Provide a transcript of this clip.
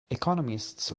economists